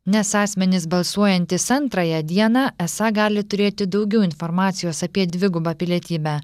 nes asmenys balsuojantys antrąją dieną esą gali turėti daugiau informacijos apie dvigubą pilietybę